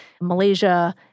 Malaysia